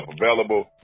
available